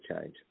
change